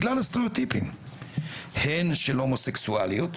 בגלל הסטריאוטיפים, הן של הומוסקסואליות,